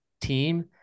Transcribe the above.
team